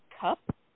CUP